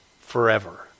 forever